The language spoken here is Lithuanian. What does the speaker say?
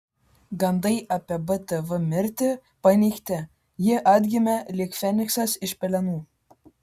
gandai apie btv mirtį paneigti ji atgimė lyg feniksas iš pelenų